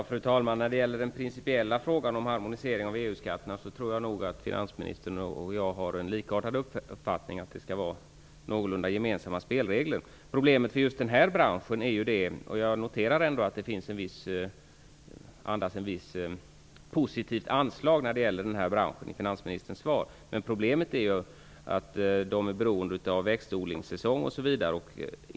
Fru talman! När det gäller den principiella frågan om harmonisering av EU-skatterna tror jag nog att finansministern och jag har en likartad uppfattning: Det skall vara någorlunda gemensamma spelregler. Jag noterar ändå ett positivt anslag när det gäller denna bransch i finansministerns svar. Problemet är att branschen är beroende av växtodlingssäsong osv.